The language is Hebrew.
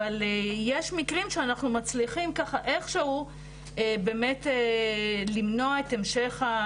אבל יש מקרים שאנחנו מצליחים ככה איך שהוא באמת למנוע את המשך,